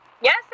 Yes